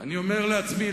אני אומר לעצמי,